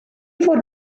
fod